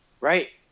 Right